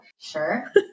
sure